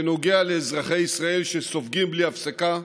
שנוגע לאזרחי ישראל שסופגים בלי הפסקה,